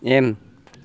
M